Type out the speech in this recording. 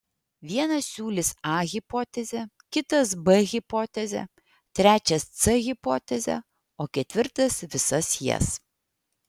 vienas siūlys a hipotezę kitas b hipotezę trečias c hipotezę o ketvirtas visas jas